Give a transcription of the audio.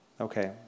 Okay